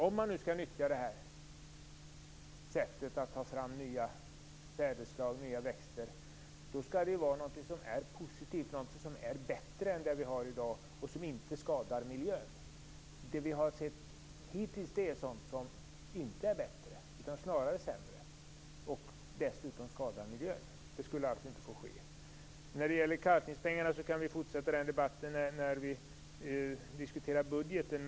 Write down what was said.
Om man nu skall nyttja det här sättet att ta fram nya sädesslag och nya växter måste det vara fråga om någonting som är positivt, som är bättre än det vi har i dag och som inte skadar miljön. Det vi har sett hittills är sådant som inte är bättre utan snarare sämre och som dessutom skadar miljön. Det borde alltså inte få ske. När det gäller kalkningspengar kan vi fortsätta den debatten när vi diskuterar budgeten.